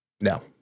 No